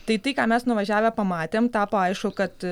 tai tai ką mes nuvažiavę pamatėm tapo aišku kad